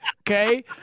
Okay